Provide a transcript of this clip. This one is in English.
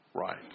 right